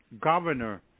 governor